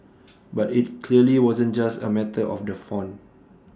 but IT clearly wasn't just A matter of the font